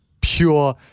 pure